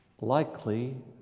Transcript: likely